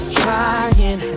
trying